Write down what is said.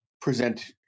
present